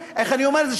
איך אני אומר את זה,